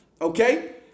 Okay